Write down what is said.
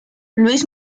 luis